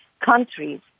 countries